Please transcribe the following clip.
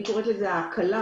אני קוראת לזה הקלה,